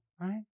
right